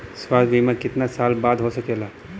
स्वास्थ्य बीमा कितना साल बदे हो सकेला?